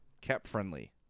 cap-friendly